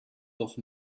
doch